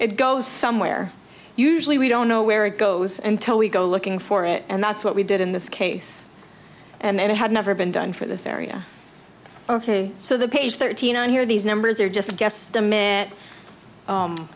it goes somewhere usually we don't know where it goes until we go looking for it and that's what we did in this case and it had never been done for this area ok so the page thirteen and here these numbers are just